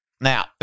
Now